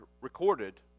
recorded